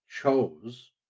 chose